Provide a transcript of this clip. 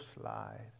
slide